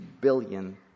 billion